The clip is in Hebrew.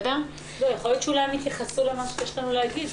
אולי הם יתייחסו אל מה שיש לנו להגיד.